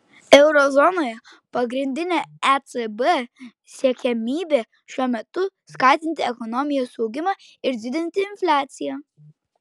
euro zonoje pagrindinė ecb siekiamybė šiuo metu skatinti ekonomikos augimą ir didinti infliaciją